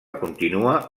continua